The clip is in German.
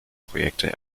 projekte